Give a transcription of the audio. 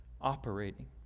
operating